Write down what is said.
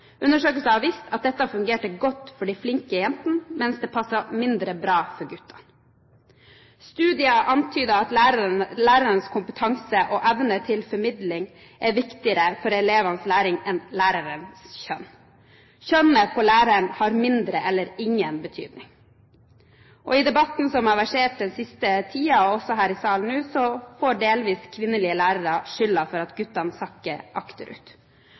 Undersøkelser har vist at dette fungerte godt for de flinke jentene, mens det passet mindre bra for guttene. Studier antyder at lærerens kompetanse og evne til formidling er viktigere for elevenes læring enn lærerens kjønn. Lærerens kjønn har mindre, eller ingen, betydning. I debatten som har versert den siste tiden – og også her i salen nå – får kvinnelige lærere delvis skylden for at guttene